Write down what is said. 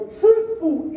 truthful